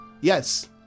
Yes